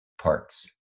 parts